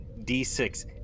D6